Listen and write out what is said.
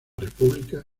república